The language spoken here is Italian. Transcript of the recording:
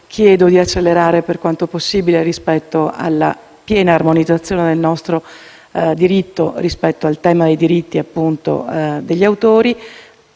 chiedo di accelerare per quanto possibile la piena armonizzazione del nostro diritto rispetto al tema dei diritti degli autori